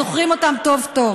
זוכרים אותם טוב-טוב.